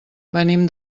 venim